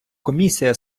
комісія